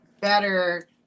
better